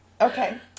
okay